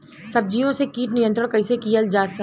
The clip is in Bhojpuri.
सब्जियों से कीट नियंत्रण कइसे कियल जा?